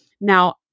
Now